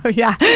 but yeah.